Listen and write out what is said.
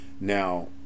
now